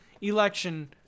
election